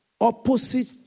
opposite